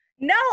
No